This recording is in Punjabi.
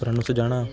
ਘਰਾਂ ਨੂੰ ਸਜਾਉਣਾ